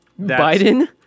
Biden